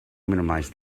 minimize